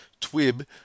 TWIB